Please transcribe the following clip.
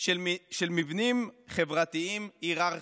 של מבנים חברתיים היררכיים.